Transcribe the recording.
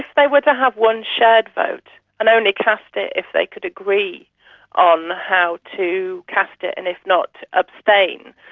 if they were to have one shared vote and only cast it if they could agree on how to cast it and, if not, abstain,